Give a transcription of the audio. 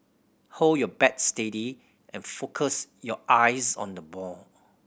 hold your bat steady and focus your eyes on the ball